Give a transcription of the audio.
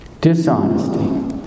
Dishonesty